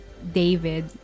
David